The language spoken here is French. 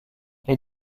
les